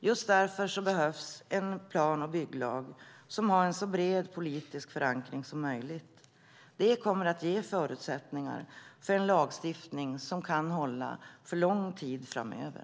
Just därför behövs en plan och bygglag som har en så bred politisk förankring som möjligt. Det kommer att ge förutsättningar för en lagstiftning som kan hålla under lång tid framöver.